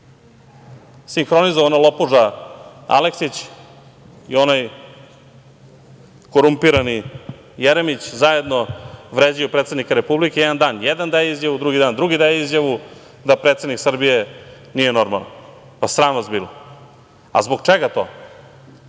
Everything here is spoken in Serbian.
narod. Sinhronizovana lopuža Aleksić i onaj korumpirani Jeremić zajedno vređaju predsednika Republike. Jedan dan jedan daje izjavu, drugi dan drugi daje izjavu da predsednik Srbije nije normalan. Sram vas bilo! Zbog čega to?